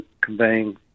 conveying